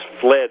fled